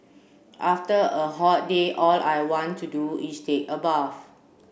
after a hot day all I want to do is take a bath